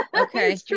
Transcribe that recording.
Okay